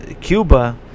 Cuba